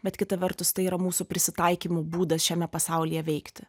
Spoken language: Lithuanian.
bet kita vertus tai yra mūsų prisitaikymo būdas šiame pasaulyje veikti